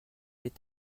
est